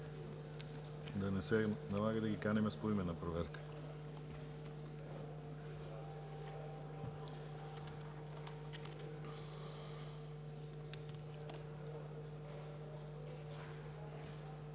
да не се налага да ги каним с поименна проверка.